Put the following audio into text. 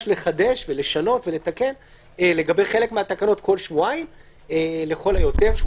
לחדש ולשנות ולתקן לגבי חלק מהתקנות כל שבועיים לכל היותר,